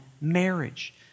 marriage